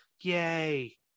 Yay